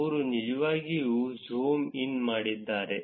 ಅವರು ನಿಜವಾಗಿಯೂ zoom in ಮಾಡಿದ್ದಾರೆ